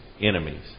enemies